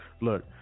Look